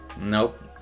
nope